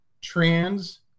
Trans